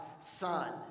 son